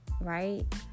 right